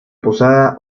posada